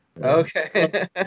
Okay